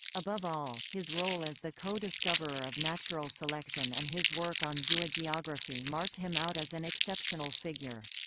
above all, his role as the co-discoverer of natural selection and his work on zoogeography marked him out as an exceptional figure.